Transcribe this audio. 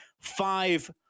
five